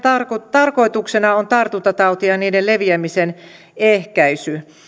tarkoituksena on tartuntatautien ja niiden leviämisen ehkäisy